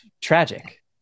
Tragic